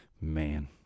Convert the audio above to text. Man